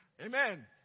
Amen